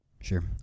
sure